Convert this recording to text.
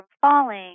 falling